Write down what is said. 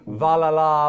valala